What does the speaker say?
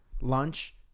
lunch